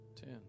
Ten